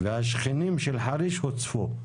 והשכנים של חריש הוצפו".